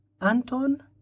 Anton